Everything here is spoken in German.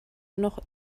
noch